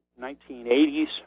1980s